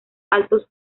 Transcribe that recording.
altos